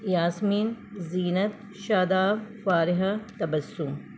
Yasmin Zeenat Shadab Farha Tabassum